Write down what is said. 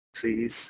Please